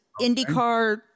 IndyCar